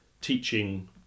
teaching